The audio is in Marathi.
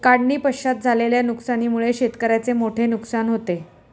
काढणीपश्चात झालेल्या नुकसानीमुळे शेतकऱ्याचे मोठे नुकसान होते